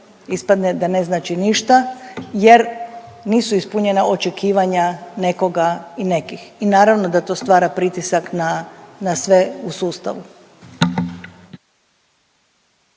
ispadne da ne znači ništa jer nisu ispunjena očekivanja nekoga i nekih. I naravno da to stvara pritisak na, na sve u sustavu.